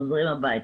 חוזרים הביתה.